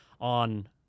on